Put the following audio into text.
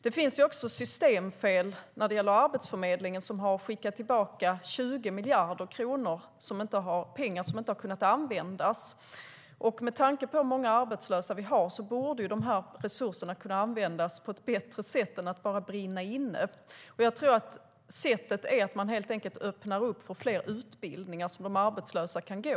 Det finns också ett systemfel inom Arbetsförmedlingen eftersom man skickat tillbaka 20 miljarder kronor som inte kunnat användas. Med tanke på hur många arbetslösa vi har borde resurserna kunna användas på ett bättre sätt än att bara brinna inne. Det sättet är att öppna upp för fler utbildningar som de arbetslösa kan gå.